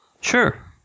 Sure